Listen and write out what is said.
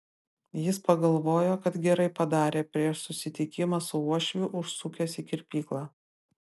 jis pagalvojo kad gerai padarė prieš susitikimą su uošviu užsukęs į kirpyklą